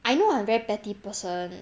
I know I'm very petty person